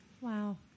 Wow